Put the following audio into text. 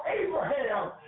Abraham